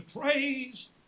praise